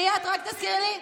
מי את, רק תזכירי לי?